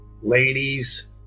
ladies